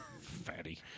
Fatty